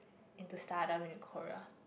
into stardom in Korea